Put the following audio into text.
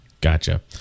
Gotcha